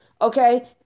okay